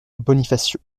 bonifacio